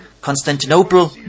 Constantinople